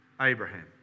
Abraham